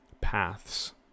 paths